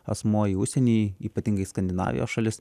asmuo į užsienį ypatingai į skandinavijos šalis